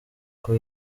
uko